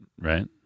Right